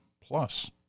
plus